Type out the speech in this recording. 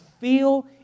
feel